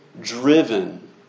driven